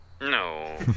no